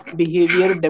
behavior